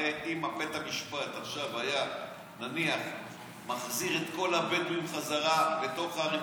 הרי אם בית המשפט עכשיו היה נניח מחזיר את כל הבדואים בחזרה לתוך הערים,